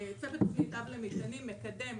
צוות תכנית אב למטענים מקדם